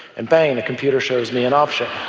and bang, the computer shows me an option.